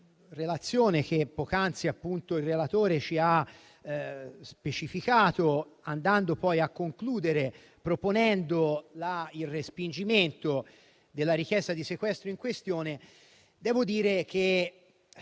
relazione che poc'anzi il relatore ci ha specificato andando poi a concludere proponendo il respingimento della richiesta di sequestro in questione - che